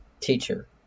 teacher